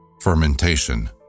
Fermentation